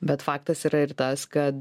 bet faktas yra ir tas kad